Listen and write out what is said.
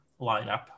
lineup